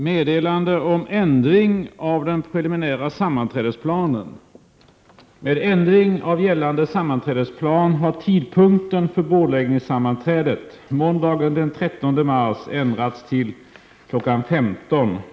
Radionämnden har beslutat att stoppa lottodragningen i TV-programmet Zick Zack, eftersom det ansågs som ett otillbörligt gynnande av AB Tipstjänst. Detta ställningstagande kan få förödande konsekvenser för andra mycket populära TV-program.